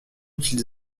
qu’ils